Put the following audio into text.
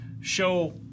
show